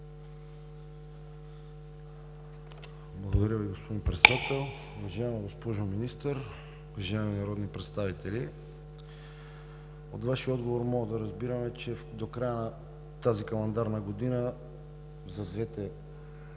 Благодаря Ви, господин Председател. Уважаема госпожо Министър, уважаеми народни представители! От Вашия отговор можем да разбираме, че до края на тази календарна година за двата